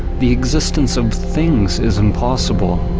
the existence of things is impossible.